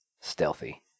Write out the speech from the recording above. stealthy